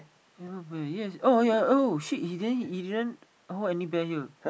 ya but yes oh ya oh shit he didn't he didn't oh and he bang you